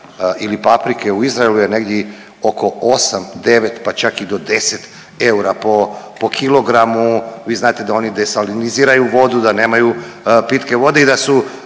ili paprike u Izraelu je negdi oko 8-9, pa čak i do 10 eura po, po kilogramu. Vi znate da oni desaniliziraju vodu, da nemaju pitke vode i da su